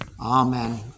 Amen